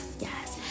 yes